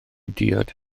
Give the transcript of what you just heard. diod